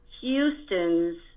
Houston's